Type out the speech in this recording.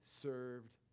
served